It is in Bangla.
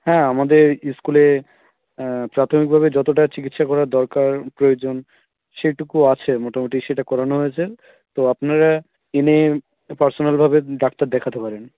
হ্যাঁ আমাদের স্কুলে প্রাথমিকভাবে যতটা চিকিৎসা করার দরকার প্রয়োজন সেটুকু আছে মোটামুটি সেটা করানো হয়েছে তো আপনারা এনে পার্সোনালভাবে ডাক্তার দেখাতে পারেন